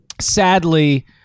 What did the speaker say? sadly